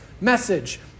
message